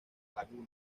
laguna